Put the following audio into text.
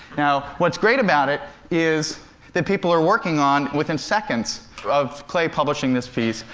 now, what's great about it is that people are working on within seconds of clay publishing this piece,